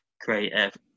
creative